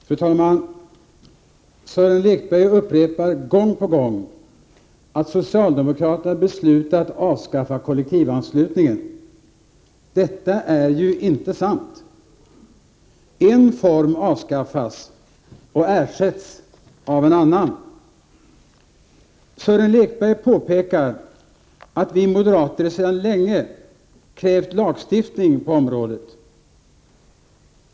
Fru talman! Sören Lekberg upprepar gång på gång att socialdemokraterna beslutat avskaffa kollektivanslutningen. Det är ju inte sant. En form avskaffas och ersätts av en annan. 61 Sören Lekberg påpekar att vi moderater sedan länge krävt lagstiftning på området.